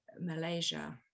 Malaysia